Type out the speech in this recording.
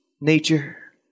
nature